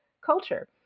culture